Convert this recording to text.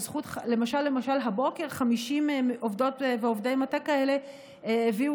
למשל הבוקר 50 עובדות ועובדי מטה כאלה הביאו